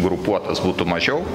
grupuotes būtų mažiau